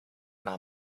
not